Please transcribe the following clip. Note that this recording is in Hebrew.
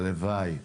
הלוואי.